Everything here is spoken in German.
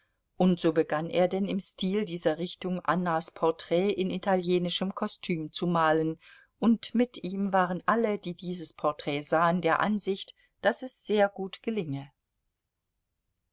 und so begann er denn im stil dieser richtung annas porträt in italienischem kostüm zu malen und mit ihm waren alle die dieses porträt sahen der ansicht daß es sehr gut gelinge